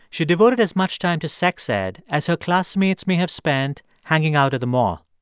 she devoted as much time to sex ed as her classmates may have spent hanging out at the mall.